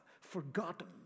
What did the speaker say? Forgotten